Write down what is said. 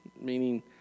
meaning